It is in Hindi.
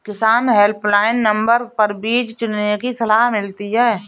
किसान हेल्पलाइन नंबर पर बीज चुनने की सलाह मिलती है